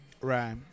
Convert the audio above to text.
Right